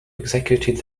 executed